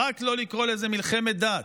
רק לא לקרוא לזה מלחמת דת,